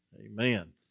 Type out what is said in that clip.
amen